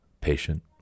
patient